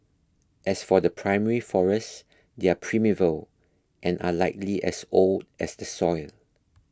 as for the primary forest they're primeval and are likely as old as the soil